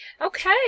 Okay